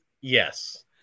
Yes